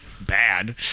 bad